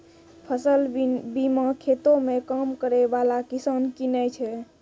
फसल बीमा खेतो मे काम करै बाला किसान किनै छै